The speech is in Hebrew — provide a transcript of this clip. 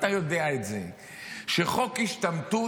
אתה יודע את זה שחוק השתמטות,